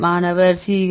மாணவர் CH